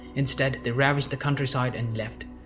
instead, they ravaged the countryside and left.